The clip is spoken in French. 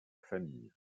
famille